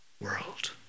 world